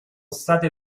state